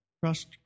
Trust